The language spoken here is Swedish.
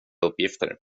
uppgifter